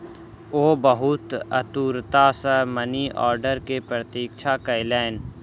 ओ बहुत आतुरता सॅ मनी आर्डर के प्रतीक्षा कयलैन